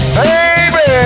baby